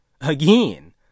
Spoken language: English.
again